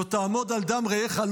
"לא תעמוד על דם רעך",